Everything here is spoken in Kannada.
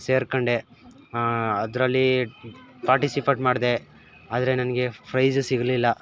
ಸೇರ್ಕೊಂಡೆ ಅದರಲ್ಲೀ ಪಾರ್ಟಿಸಿಪಟ್ ಮಾಡಿದೆ ಆದರೆ ನನಗೆ ಪ್ರೈಝು ಸಿಗಲಿಲ್ಲ